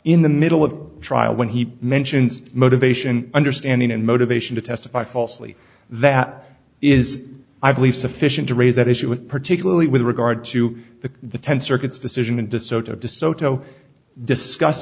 in the middle of trial when he mentions motivation understanding and motivation to testify falsely that is i believe sufficient to raise that issue and particularly with regard to the the ten circuits decision and desoto of desoto discuss